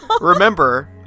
Remember